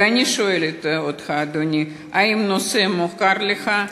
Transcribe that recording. ואני שואלת אותך, אדוני: 1. האם הנושא מוכר לך?